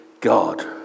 God